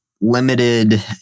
limited